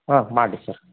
ಹಾಂ ಮಾಡಿ ಸರ್